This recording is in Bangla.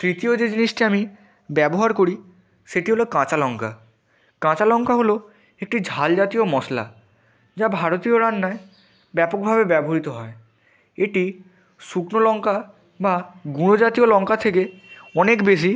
তৃতীয় যে জিনিসটি আমি ব্যবহার করি সেটি হলো কাঁচা লঙ্কা কাঁচা লঙ্কা হলো একটি ঝাল জাতীয় মশলা যা ভারতীয় রান্নায় ব্যাপকভাবে ব্যবহৃত হয় এটি শুকনো লঙ্কা বা গুঁড়ো জাতীয় লঙ্কা থেকে অনেক বেশি